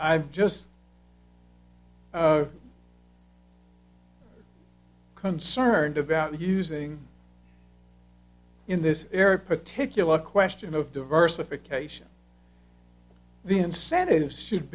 m just concerned about using in this area particular question of diversification the incentive should